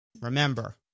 Remember